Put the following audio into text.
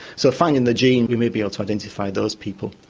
so finding the gene, we may be able to identify those people.